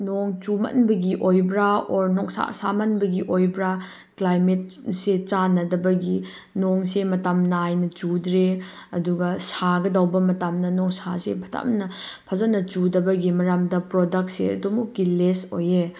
ꯅꯣꯡ ꯆꯨꯃꯟꯕꯒꯤ ꯑꯣꯏꯕ꯭ꯔ ꯑꯣꯔ ꯅꯨꯡꯁꯥ ꯁꯥꯃꯟꯕꯒꯤ ꯑꯣꯏꯕ꯭ꯔ ꯆ꯭ꯂꯥꯏꯃꯦꯠꯁꯦ ꯆꯥꯟꯅꯗꯕꯒꯤ ꯅꯣꯡꯁꯦ ꯃꯇꯝ ꯅꯥꯏꯅ ꯆꯨꯗ꯭ꯔꯦ ꯑꯗꯨꯒ ꯁꯥꯒꯗꯧꯕ ꯃꯇꯝꯗ ꯅꯨꯡꯁꯥꯁꯦ ꯐꯖꯅ ꯆꯨꯗꯕꯒꯤ ꯃꯔꯝꯗ ꯄ꯭ꯔꯗꯛꯁꯦ ꯑꯗꯨꯃꯨꯛꯀꯤ ꯂꯦꯁ ꯑꯣꯏ